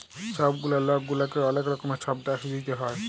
ছব গুলা লক গুলাকে অলেক রকমের ছব ট্যাক্স দিইতে হ্যয়